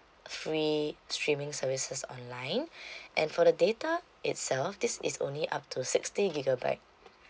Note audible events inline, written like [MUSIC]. [BREATH] free streaming services online [BREATH] and for the data itself this is only up to sixty gigabyte